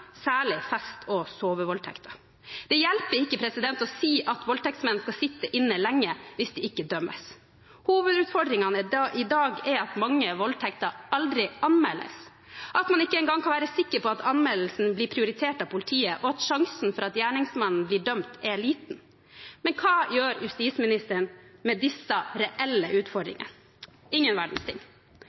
særlig fest- og sovevoldtekter. Det hjelper ikke å si at voldtektsmenn skal sitte inne lenge, hvis de ikke dømmes. Hovedutfordringene i dag er at mange voldtekter aldri anmeldes, at man ikke engang kan være sikker på at anmeldelsen blir prioritert av politiet, og at sjansen for at gjerningsmannen blir dømt, er liten. Men hva gjør justisministeren med disse reelle utfordringene? Ingen